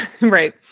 Right